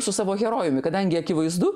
su savo herojumi kadangi akivaizdu